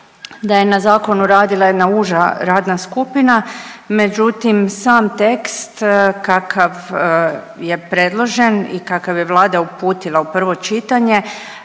da je na zakonu radila jedna uža radna skupina, međutim sam tekst kakav je predložen i kakav je vlada uputila u prvo čitanje